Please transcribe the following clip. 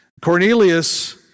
Cornelius